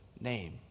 name